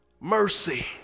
mercy